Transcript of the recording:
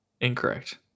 Incorrect